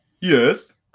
Yes